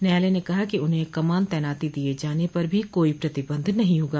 न्यायालय ने कहा कि उन्हें कमान तैनाती दिये जाने पर भो कोई प्रतिबंध नहीं होगा